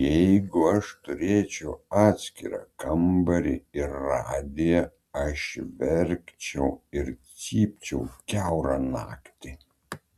jeigu aš turėčiau atskirą kambarį ir radiją aš verkčiau ir cypčiau kiaurą naktį